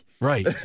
Right